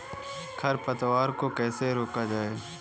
खरपतवार को कैसे रोका जाए?